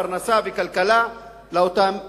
פרנסה וכלכלה לאותם יישובים,